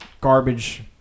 garbage